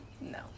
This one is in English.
No